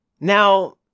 Now